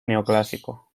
neoclásico